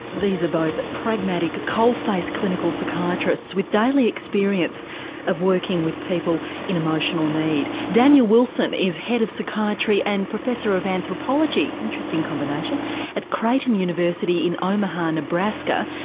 these are both pragmatic, coal-face clinical psychiatrists with daily experience of working with people in emotional need. daniel wilson is head of psychiatry and professor of anthropology an interesting combination at creighton university in omaha, nebraska.